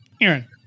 Aaron